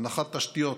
הנחת תשתיות